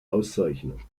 auszeichnungen